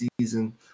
season